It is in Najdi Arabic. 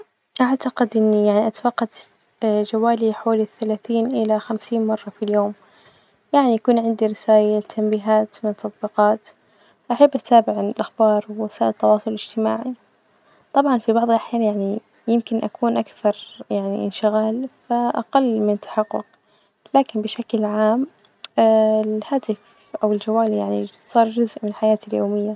أعتقد إني يعني أتفقد جوالي حوالي الثلاثين إلى خمسين مرة في اليوم، يعني يكون عندي رسايل تنبيهات من تطبيقات، أحب أتابع الأخبار ووسائل التواصل الإجتماعي، طبعا في بعض الأحيان يعني يمكن أكون أكثر يعني إنشغال فأقل من التحقق، لكن بشكل عام الهاتف أو الجوال يعني صار جزء من حياتي اليومية.